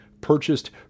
purchased